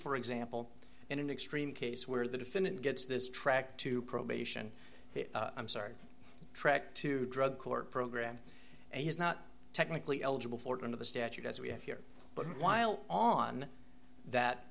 for example in an extreme case where the defendant gets this track to probation i'm sorry track two drug court program and he's not technically eligible for going to the statute as we have here but while on that